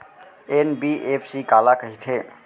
NBFC काला कहिथे?